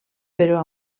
però